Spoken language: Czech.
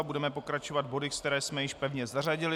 Budeme pokračovat body, které jsme již pevně zařadili.